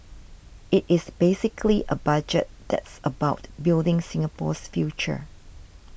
it is basically a budget that's about building Singapore's future